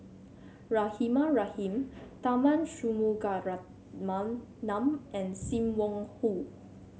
Rahimah Rahim Tharman Shanmugaratnam num and Sim Wong Hoo